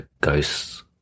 ghosts